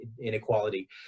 inequality